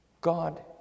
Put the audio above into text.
God